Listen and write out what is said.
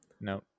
No